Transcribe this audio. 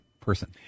person